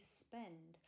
spend